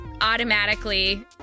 automatically